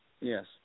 Yes